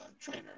trainer